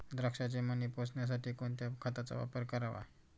द्राक्षाचे मणी पोसण्यासाठी कोणत्या खताचा वापर करावा?